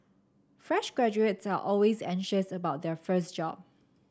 fresh graduates are always anxious about their first job